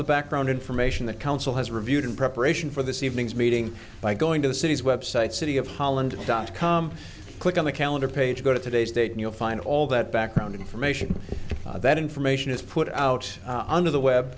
the background information the council has reviewed in preparation for this evening's meeting by going to the city's website city of holland dot com click on the calendar page go to today's date and you'll find all that background information that information is put out on the web